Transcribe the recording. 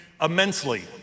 immensely